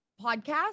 podcast